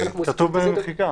זה כתוב במחיקה.